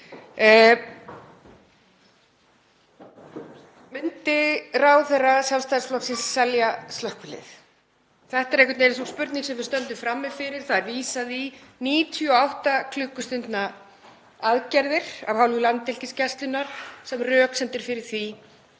Myndi ráðherra Sjálfstæðisflokksins selja slökkviliðið? Þetta er einhvern veginn sú spurning sem við stöndum frammi fyrir. Það er vísað í 98 klukkustunda aðgerðir af hálfu Landhelgisgæslunnar sem röksemd fyrir því